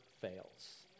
fails